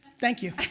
thank you.